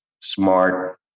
smart